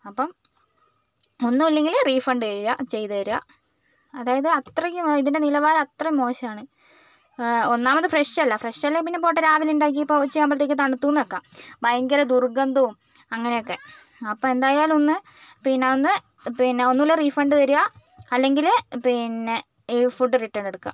അപ്പം ഒന്നുല്ലെങ്കിൽ റീഫണ്ട് ചെയ്യുക ചെയ്ത് തരിക അതായത് അത്രക്ക് ഇതിൻ്റെ നിലവാരം അത്ര മോശമാണ് ഒന്നാമത് ഫ്രഷല്ല ഫ്രഷല്ലെ പിന്നെ പോട്ടെ രാവിലെ ഉണ്ടാക്കിയപ്പോൾ ഉച്ചയാവുമ്പളത്തേക്ക് തണുത്തൂന്ന് വെക്കാം ഭയങ്കര ദുർഗന്ധവും അങ്ങനൊക്കെ അപ്പോൾ എന്തായാലും ഒന്ന് പിന്നെ ഒന്ന് പിന്നെ ഒന്നൂല്ലെ റീഫണ്ട് തരിക അല്ലെങ്കിൽ പിന്നെ ഈ ഫുഡ് റിട്ടേൺ എടുക്കുക